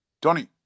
Tony